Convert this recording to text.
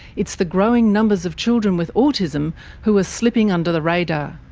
it's the growing numbers of children with autism who are slipping under the radar.